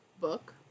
book